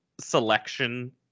selection